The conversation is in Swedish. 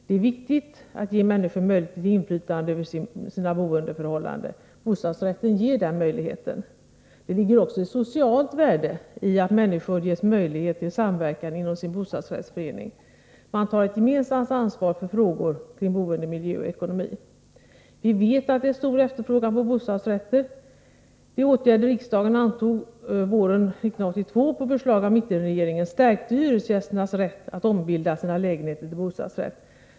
Det är viktigt att ge människor möjlighet till inflytande över sina boendeförhållanden. Bostadsrätten ger den möjligheten. Det ligger också ett socialt värde i att människor ges möjlighet till samverkan inom sin bostadsrättsförening. Man tar ett gemensamt ansvar för frågor om boendemiljö och ekonomi. Vi vet att det är stor efterfrågan på bostadsrätter. De åtgärder riksdagen antog våren 1982 på förslag av mittenregeringen stärkte hyresgästers rätt att ombilda sina lägenheter till bostadsrätt.